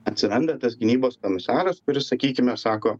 atsiranda tas gynybos komisaras kuris sakykime sako